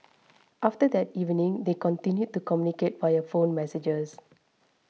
after that evening they continued to communicate via phone messages